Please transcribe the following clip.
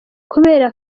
kubera